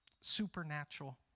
Supernatural